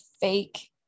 fake